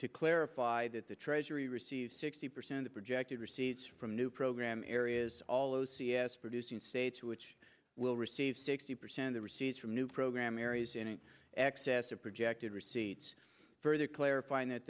to clarify the treasury receives sixty percent of projected receipts from new program areas all o c s producing states which will receive sixty percent of the receipts for new program areas in excess of projected receipts further clarifying that